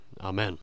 Amen